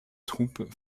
troupes